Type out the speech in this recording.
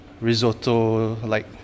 risotto-like